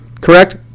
correct